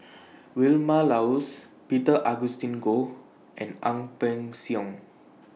Vilma Laus Peter Augustine Goh and Ang Peng Siong